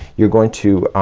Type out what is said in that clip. you're going to um,